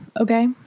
Okay